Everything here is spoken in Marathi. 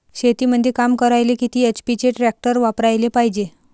शेतीमंदी काम करायले किती एच.पी चे ट्रॅक्टर वापरायले पायजे?